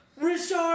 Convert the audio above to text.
Richard